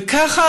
וככה,